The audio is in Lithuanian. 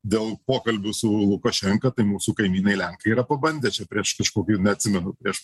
dėl pokalbių su lukašenka tai mūsų kaimynai lenkai yra pabandę čia prieš kažkokį neatsimenu prieš